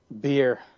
Beer